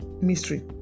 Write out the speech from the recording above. mystery